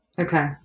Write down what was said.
Okay